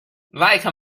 like